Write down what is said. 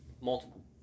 multiple